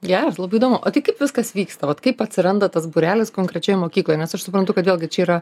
geras labai įdomu tai kaip viskas vyksta vat kaip atsiranda tas būrelis konkrečioj mokykloj nes aš suprantu kodėl gi čia yra